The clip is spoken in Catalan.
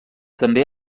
també